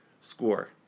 Score